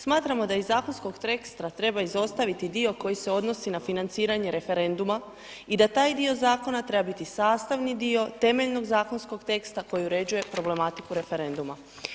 Smatramo da iz zakonskog teksta treba izostaviti dio koji se odnosi na financiranje referenduma i da taj dio zakona treba biti sastavni dio temeljnog zakonskog teksta koji uređuje problematiku referenduma.